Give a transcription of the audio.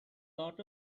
lot